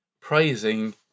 praising